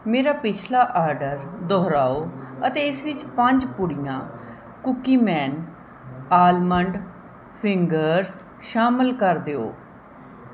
ਮੇਰਾ ਪਿਛਲਾ ਆਡਰ ਦੁਹਰਾਓ ਅਤੇ ਇਸ ਵਿੱਚ ਪੰਜ ਪੁੜੀਆਂ ਕੂਕੀਮੈਨ ਆਲਮੰਡ ਫਿੰਗਰਜ਼ ਸ਼ਾਮਲ ਕਰ ਦਿਓ